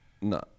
no